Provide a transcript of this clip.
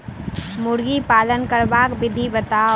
मुर्गी पालन करबाक विधि बताऊ?